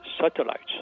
satellites